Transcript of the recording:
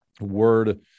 word